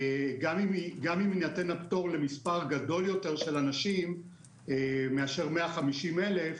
גם אם יינתן הפטור למספר גדול יותר של אנשים מאשר 150 אלף,